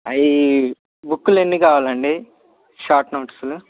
అవి బుక్కులు ఎన్ని కావాలండి షార్ట్ నోట్సులు